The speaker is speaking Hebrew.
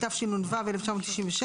התשנ"ו-1996,